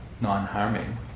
non-harming